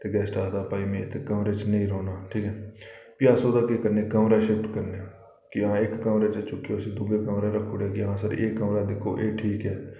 ते गैस्ट आखदा भाई में इस कमरे च नेईं रौह्ना ठीक ऐ फ्ही अस ओह्दा केह् करने कमरा शिफ्ट करने कि हां इक कमरे चा चुक्कियै उसी दूए कमरे च रक्खी ओड़ेआ कि हां सर एह् कमरा दिक्खो एह् ठीक ऐ